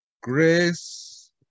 Grace